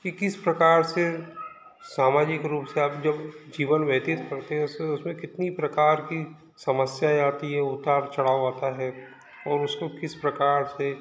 कि किस प्रकार से सामाजिक रूप से आप जब जीवन व्यतीत करते हैं उस उसमें कितनी प्रकार की समस्याएं आती हैं उतार चढ़ाव आता है और उसको किस प्रकार से